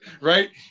Right